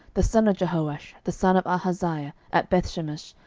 the son of jehoash the son of ahaziah, at bethshemesh,